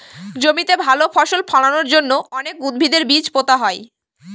জমিতে ভালো ফসল ফলানোর জন্য অনেক উদ্ভিদের বীজ পোতা হয়